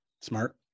Smart